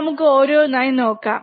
നമുക്ക് ഓരോന്ന് ആയി നോക്കാം